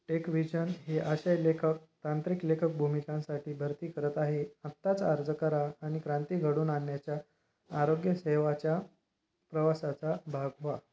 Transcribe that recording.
TechVision हे आशय लेखक तांत्रिक लेखक भूमिकांसाठी भरती करत आहे आत्ताच अर्ज करा आणि क्रांती घडून आणण्याच्या आरोग्यसेवेच्या प्रवासाचा भाग व्हा